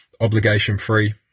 obligation-free